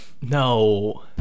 no